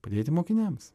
padėti mokiniams